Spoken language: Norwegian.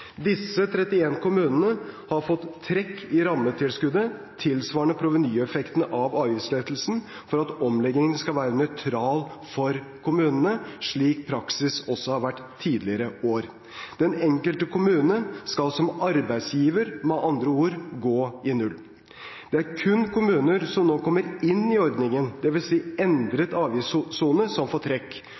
Disse 31 kommunene har fått trekk i rammetilskuddet tilsvarende provenyeffekten av avgiftslettelsen for at omleggingen skal være nøytral for kommunene, slik praksis også har vært i tidligere år. Den enkelte kommune skal som arbeidsgiver med andre ord gå i null. Det er kun kommuner som nå kommer inn i ordningen – dvs. som får endret avgiftssone – som får trekk.